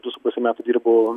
du su puse metų dirbu